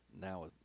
now